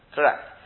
Correct